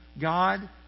God